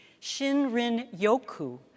Shinrin-yoku